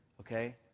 Okay